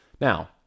Now